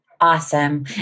Awesome